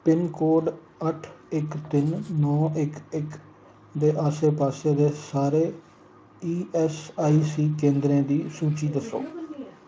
pincode अट्ठ इक तिन्न नौ इक इक दे आस्से पास्से दे सारे ईऐस्सआईसी केंद्रें दी सूची दस्सो